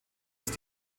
ist